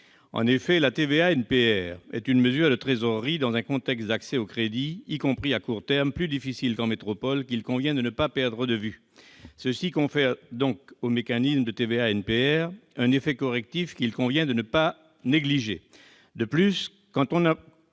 renforcée. La TVA NPR est une mesure de trésorerie dans un contexte d'accès au crédit, y compris à court terme, plus difficile qu'en métropole- il ne faut pas perdre cela de vue. Cela confère au mécanisme de TVA NPR un effet correctif qu'il convient de ne pas négliger. De plus, qu'on en